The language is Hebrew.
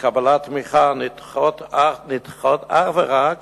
לקבלת תמיכה נדחות אך ורק